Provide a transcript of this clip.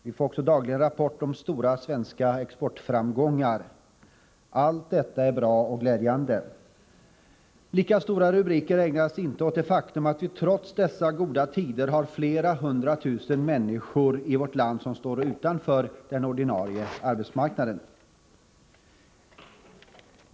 Vi får också dagligen rapporter om stora svenska exportframgångar. Allt detta är bra och glädjande. Lika stora rubriker ägnas inte åt det faktum att vi trots dessa goda tider har flera hundra tusen människor i vårt land som står utanför den ordinarie arbetsmarknaden.